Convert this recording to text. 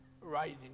writing